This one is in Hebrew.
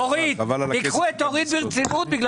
קחו את אורית פרקש ברצינות.